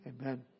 Amen